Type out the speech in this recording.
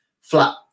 flat